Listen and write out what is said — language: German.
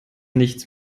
nichts